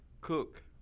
cook